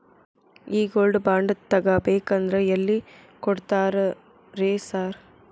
ಈ gold bond ತಗಾಬೇಕಂದ್ರ ಎಲ್ಲಿ ಕೊಡ್ತಾರ ರೇ ಸಾರ್?